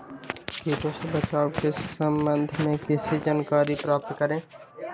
किटो से बचाव के सम्वन्ध में किसी जानकारी प्राप्त करें?